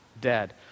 dead